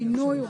השינוי הוא